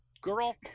girl